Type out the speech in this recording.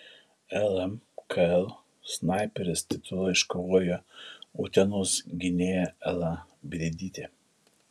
lmkl snaiperės titulą iškovojo utenos gynėja ela briedytė